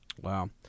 Wow